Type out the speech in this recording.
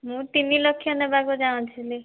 ମୁଁ ତିନି ଲକ୍ଷ ନେବାକୁ ଚାହୁଁଥିଲି